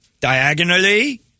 Diagonally